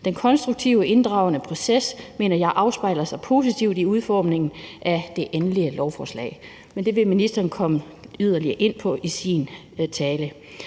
Den konstruktive, inddragende proces mener jeg afspejler sig positivt i udformningen af det endelige lovforslag. Men det vil ministeren komme yderligere ind på i sin tale.